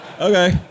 Okay